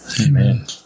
Amen